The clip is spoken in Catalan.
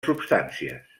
substàncies